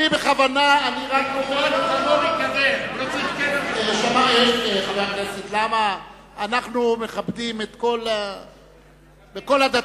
הוא לא צריך כסף, אנחנו מכבדים את כל הדתות.